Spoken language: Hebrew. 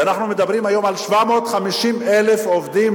שאנחנו מדברים היום על 750,000 עובדים